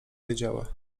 wiedziała